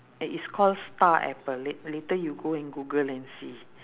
it is call star apple lat~ later you go and google and see